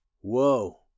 Whoa